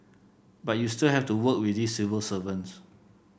but you still have to work with these civil servants